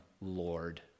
Lord